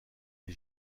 les